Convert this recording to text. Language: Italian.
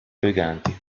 briganti